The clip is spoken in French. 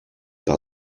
par